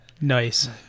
Nice